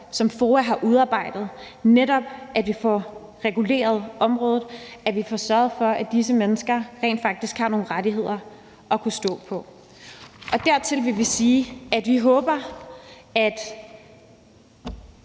som FOA har udarbejdet, og at vi netop får reguleret området, og at vi får sørget for, at disse mennesker rent faktisk har nogle rettigheder at kunne stå på. Dertil vil vi sige, at vi håber, at